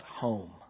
home